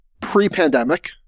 pre-pandemic